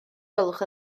gwelwch